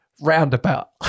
roundabout